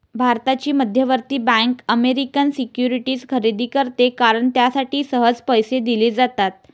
भारताची मध्यवर्ती bank American securities खरेदी करते कारण त्यासाठी सहज पैसे दिले जातात